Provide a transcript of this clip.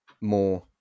more